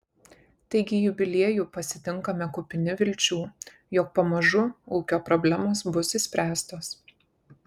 taigi jubiliejų pasitinkame kupini vilčių jog pamažu ūkio problemos bus išspręstos